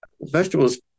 vegetables